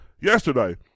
Yesterday